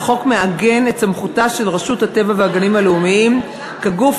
החוק מעגן את סמכותה של רשות הטבע והגנים הלאומיים כגוף